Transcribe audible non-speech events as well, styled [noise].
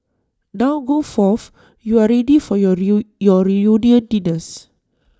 now go forth you are ready for your [unintelligible] your reunion dinners